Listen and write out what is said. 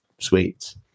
sweets